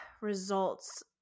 results